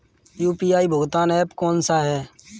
UPI भुगतान app कौन सा है?